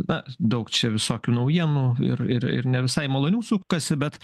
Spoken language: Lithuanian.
na daug čia visokių naujienų ir ir ir ne visai malonių sukasi bet